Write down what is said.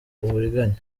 uburiganya